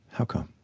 how come?